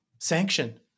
Sanction